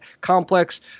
complex